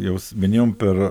jos vieniem per